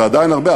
זה עדיין הרבה.